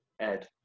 Ed